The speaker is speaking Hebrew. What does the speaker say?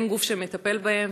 אין גוף שמטפל בהם,